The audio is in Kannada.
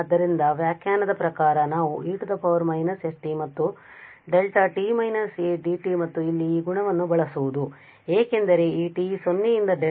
ಆದ್ದರಿಂದ ವ್ಯಾಖ್ಯಾನದ ಪ್ರಕಾರ ನಾವು e −st ಮತ್ತು δ t − adt ಮತ್ತು ಇಲ್ಲಿ ಈ ಗುಣವನ್ನು ಬಳಸುವುದು ಏಕೆಂದರೆ ಈ t 0 ಯಿಂದ ∞